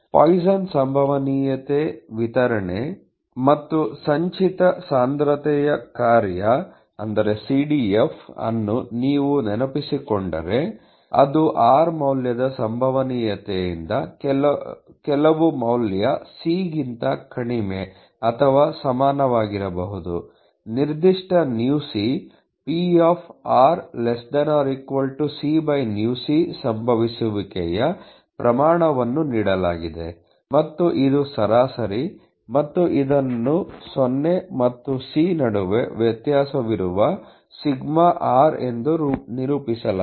ಪಾಯ್ಸನ್ನ ಸಂಭವನೀಯತೆ ವಿತರಣೆPoissons probability distribution ಮತ್ತು ಸಂಚಿತ ಸಾಂದ್ರತೆಯ ಕಾರ್ಯ CDF ಅನ್ನು ನೀವು ನೆನಪಿಸಿಕೊಂಡರೆ ಅದು r ಮೌಲ್ಯದ ಸಂಭವನೀಯತೆಯಿಂದ ಕೆಲವು ಮೌಲ್ಯ c ಗಿಂತ ಕಡಿಮೆ ಅಥವಾ ಸಮನಾಗಿರಬಹುದು ನಿರ್ದಿಷ್ಟ µc Prcµc ಸಂಭವಿಸುವಿಕೆಯ ಪ್ರಮಾಣವನ್ನು ನೀಡಲಾಗಿದೆ ಮತ್ತು ಇದು ಸರಾಸರಿ ಮತ್ತು ಇದನ್ನು 0 ಮತ್ತು c ನಡುವೆ ವ್ಯತ್ಯಾಸವಿರುವ ಸಿಗ್ಮ r ಎಂದು ನಿರೂಪಿಸಲಾಗಿದೆ